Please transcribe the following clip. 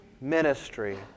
ministry